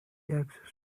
access